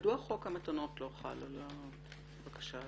מדוע חוק המתנות לא חל על הבקשה הזאת?